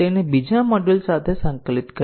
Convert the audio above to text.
રજૂઆત કરવામાં આવી હતી